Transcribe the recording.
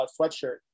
sweatshirt